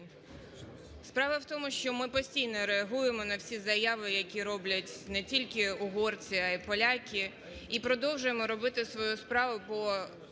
Справа у тому, що ми постійно реагуємо на всі заяви, які роблять не тільки угорці, а і поляки, і продовжуємо робити свою справу по